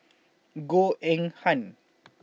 Goh Eng Han